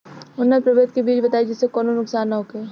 उन्नत प्रभेद के बीज बताई जेसे कौनो नुकसान न होखे?